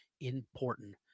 important